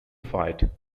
fight